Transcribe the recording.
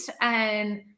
and-